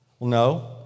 No